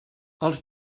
els